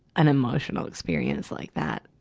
an emotional experience like that.